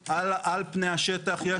על פני השטח.